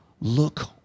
Look